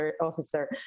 officer